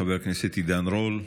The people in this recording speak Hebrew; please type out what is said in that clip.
חבר הכנסת עידן רול.